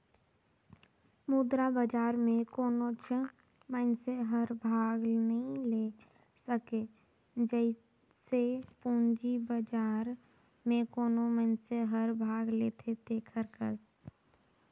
मुद्रा बजार में कोनोच मइनसे हर भाग नी ले सके जइसे पूंजी बजार में कोनो मइनसे हर भाग लेथे तेकर कस